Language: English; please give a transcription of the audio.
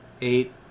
eight